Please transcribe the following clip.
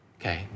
Okay